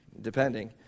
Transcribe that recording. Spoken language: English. Depending